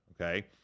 okay